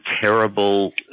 terrible